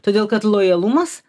todėl kad lojalumas